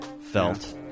felt